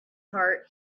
heart